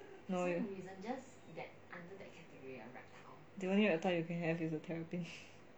the only reptile you can have is a terrapin